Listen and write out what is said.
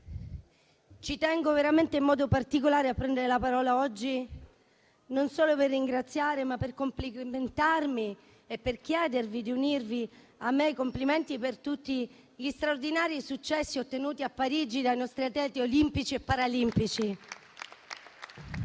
ci tengo in modo particolare a prendere la parola oggi non solo per ringraziare, ma per complimentarmi e chiedervi di unirvi ai miei complimenti per tutti gli straordinari successi ottenuti a Parigi dai nostri atleti olimpici e paralimpici.